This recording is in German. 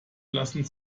lassen